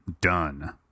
Done